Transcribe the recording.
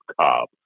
cobb